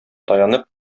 таянып